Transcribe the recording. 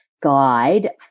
guide